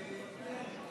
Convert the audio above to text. טרם.